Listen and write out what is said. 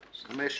כן.